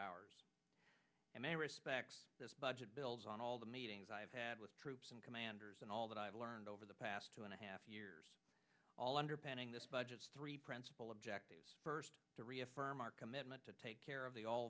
do ours and they respect this budget bills on all the meetings i've had with troops and commanders and all that i've learned over the past two and a half years all underpinning this budget three principal objective first to reaffirm our commitment to take care of the all